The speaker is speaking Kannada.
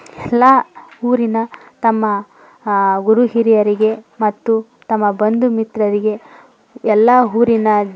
ಎಲ್ಲ ಊರಿನ ತಮ್ಮ ಗುರು ಹಿರಿಯರಿಗೆ ಮತ್ತು ತಮ್ಮ ಬಂಧು ಮಿತ್ರರಿಗೆ ಎಲ್ಲ ಊರಿನ